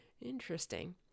Interesting